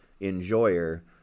enjoyer